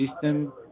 system